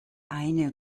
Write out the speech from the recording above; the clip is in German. eine